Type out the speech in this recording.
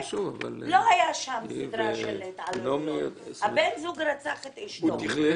לא הייתה שם סדרה של התעללות בן הזוג רצח את אישתו.